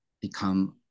become